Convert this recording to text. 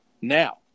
now